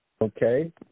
Okay